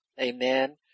Amen